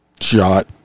shot